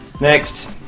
Next